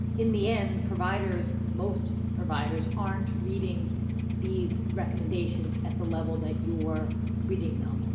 in the end providers, most providers aren't reading these recommendations at the level that you're reading them.